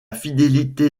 fidélité